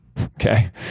Okay